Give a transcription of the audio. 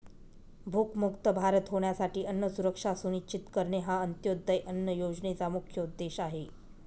भूकमुक्त भारत होण्यासाठी अन्न सुरक्षा सुनिश्चित करणे हा अंत्योदय अन्न योजनेचा मुख्य उद्देश आहे